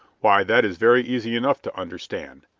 why, that is very easy enough to understand,